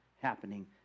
happening